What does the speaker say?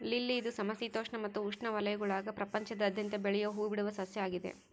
lily ಇದು ಸಮಶೀತೋಷ್ಣ ಮತ್ತು ಉಷ್ಣವಲಯಗುಳಾಗ ಪ್ರಪಂಚಾದ್ಯಂತ ಬೆಳಿಯೋ ಹೂಬಿಡುವ ಸಸ್ಯ ಆಗಿದೆ